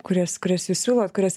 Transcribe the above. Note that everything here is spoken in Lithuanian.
kurias kurias jūs siūlot kurias